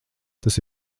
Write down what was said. tas